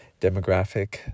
demographic